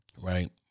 right